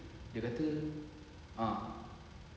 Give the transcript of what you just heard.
dia kata ah